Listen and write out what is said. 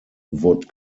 wood